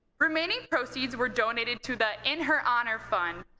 remaining proceeds were donated to the in her honor fund,